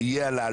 תהיה העלאה,